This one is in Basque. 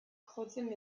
jotzen